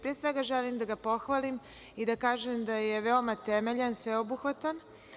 Pre svega želim da ga pohvalim i da kažem da je veoma temeljan, sveobuhvatan.